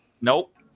Nope